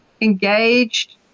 engaged